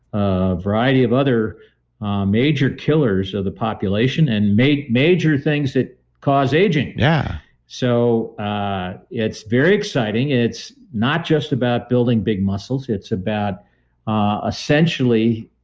a variety of other major killers of the population and make major things that cause aging. yeah so ah it's very exciting. it's not just about building big muscles, it's about ah essentially